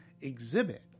exhibit